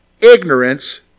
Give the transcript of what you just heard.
ignorance